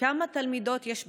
3. כמה תלמידות יש בנגב?